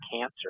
cancer